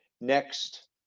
next